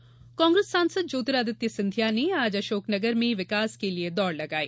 सिंधिया दौड् कांग्रेस सांसद ज्योतिरादित्य सिंधिया ने आज अशोकनगर में विकास के लिये दौड़ लगाई